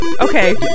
Okay